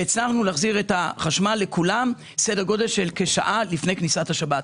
והצלחנו להחזיר את החשמל לכולם תוך כשעה לפני כניסת השבת.